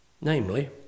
Namely